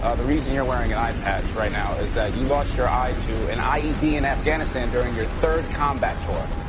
ah the reason you're wearing an eyepatch right now is that you lost your eye to an ied in afghanistan during your third combat tour.